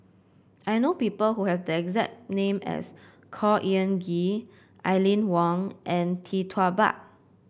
I know people who have the exact name as Khor Ean Ghee Aline Wong and Tee Tua Ba